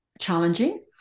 challenging